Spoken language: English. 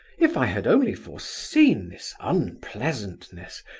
if i had only foreseen this unpleasantness!